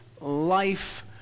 life